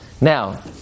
Now